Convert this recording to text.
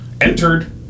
entered